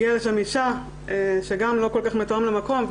הגיעה לשם אישה, שזה גם לא מתאים למקום.